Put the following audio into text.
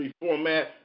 format